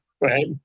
right